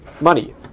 money